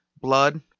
Blood